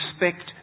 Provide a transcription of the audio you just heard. respect